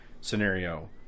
scenario